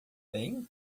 bem